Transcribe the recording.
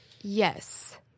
Yes